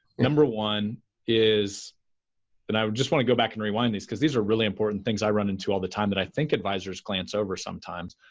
number one is that i just want to go back and rewind these because these are really important things i run into all the time that i think advisors glance over sometimes.